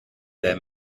their